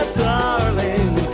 darling